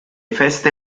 feste